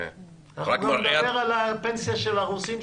מראה -- אנחנו נדבר על הפנסיה של הרוסים,